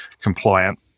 compliant